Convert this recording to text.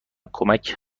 کمک